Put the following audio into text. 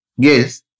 Yes